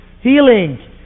healing